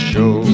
Show